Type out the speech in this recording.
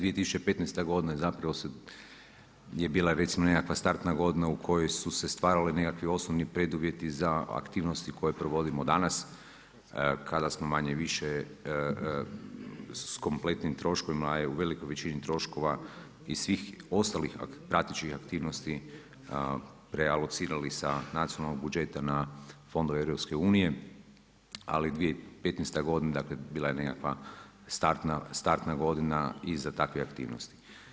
2015. godina je bila recimo nekakva startna godina u kojoj su se stvorili nekakvi osnovni preduvjeti za aktivnosti koje provodimo danas, kada smo manje-više s kompletnim troškovima u velikoj većini troškova i svih ostalih pratećih aktivnosti prealocirati sa nacionalnog budžeta na fondove EU, ali 2015. godina bila je nekakva startna godina i za takve aktivnosti.